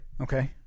Okay